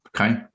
Okay